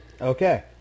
Okay